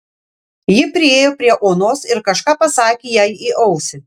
ji priėjo prie onos ir kažką pasakė jai į ausį